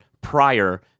prior